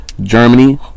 Germany